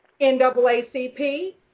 NAACP